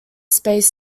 space